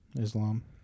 Islam